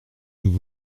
nous